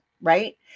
right